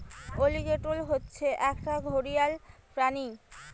alligator হচ্ছে একটা ঘড়িয়াল প্রাণী